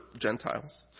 Gentiles